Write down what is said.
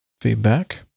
feedback